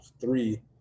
three